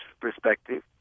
perspective